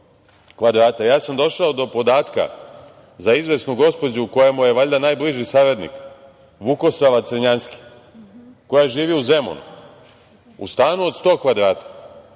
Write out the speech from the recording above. sam do podatka za izvesnu gospođu, koja mu je valjda najbliži saradnik, Vukosava Crnjanski, koja živi u Zemunu, u stanu od sto kvadrata